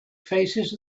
faces